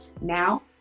Now